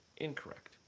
incorrect